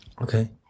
Okay